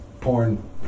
porn